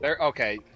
okay